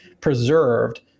preserved